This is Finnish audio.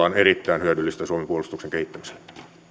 on erittäin hyödyllistä suomen puolustuksen kehittämiselle